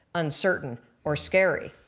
uncertain or scary.